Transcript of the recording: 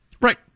right